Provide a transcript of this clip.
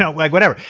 yeah like whatever.